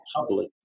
public